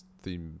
theme